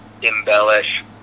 Embellish